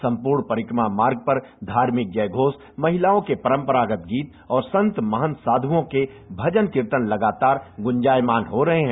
सम्पूर्ण परिक्रमा मार्ग पर धार्मिक जयघोषमहिलाओं के परम्परागत गीत और संत महंत साधुओं के भजन कीर्तन लगातार गुंजायमान हो रहे हैं